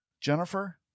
Jennifer